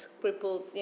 crippled